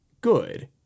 good